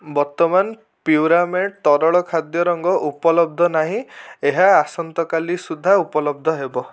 ବର୍ତ୍ତମାନ ପ୍ୟୁରାମେଟ୍ ତରଳ ଖାଦ୍ୟ ରଙ୍ଗ ଉପଲବ୍ଧ ନାହିଁ ଏହା ଆସନ୍ତା କାଲି ସୁଦ୍ଧା ଉପଲବ୍ଧ ହେବ